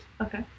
okay